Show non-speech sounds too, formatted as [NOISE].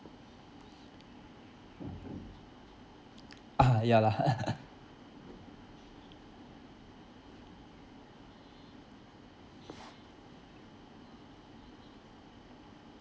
ah ya lah [LAUGHS]